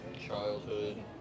childhood